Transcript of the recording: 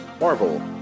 Marvel